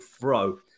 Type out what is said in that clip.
throw